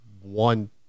one